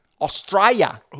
Australia